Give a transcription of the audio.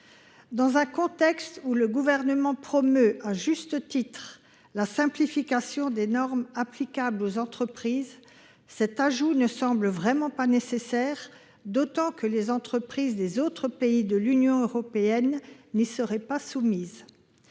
Dans un contexte où le Gouvernement promeut à juste titre la simplification des normes applicables aux entreprises, cet ajout ne semble vraiment pas nécessaire, d’autant que les entreprises des autres pays de l’Union européenne n’y seraient pas soumises.